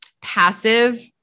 passive